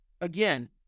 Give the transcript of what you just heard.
Again